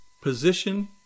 Position